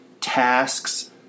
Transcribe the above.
tasks